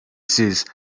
siz